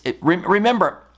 Remember